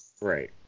Right